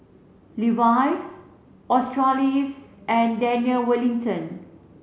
Levi's Australis and Daniel Wellington